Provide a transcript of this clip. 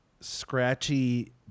scratchy